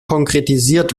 konkretisiert